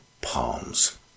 Palms